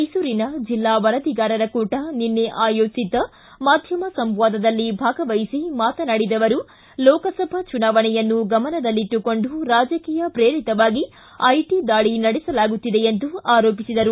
ಮೈಸೂರಿನ ಜೆಲ್ಲಾ ವರದಿಗಾರರ ಕೂಟ ನಿನ್ನೆ ಆಯೋಜಿಸಿದ್ದ ಮಾಧ್ಯಮ ಸಂವಾದದಲ್ಲಿ ಭಾಗವಹಿಸಿ ಮಾತನಾಡಿದ ಅವರು ಲೋಕಸಭಾ ಚುನಾವಣೆಯನ್ನು ಗಮನದಲ್ಲಿಟ್ಟುಕೊಂಡು ರಾಜಕೀಯ ಶ್ರೇರಿತವಾಗಿ ಐಟಿ ದಾಳಿ ನಡೆಸಲಾಗುತ್ತಿದೆ ಎಂದು ಆರೋಪಿಸಿದರು